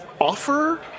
offer